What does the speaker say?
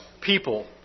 people